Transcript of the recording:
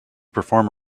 perform